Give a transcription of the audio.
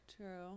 true